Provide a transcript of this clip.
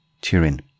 Turin